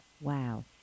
wow